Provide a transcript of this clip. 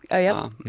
oh yeah?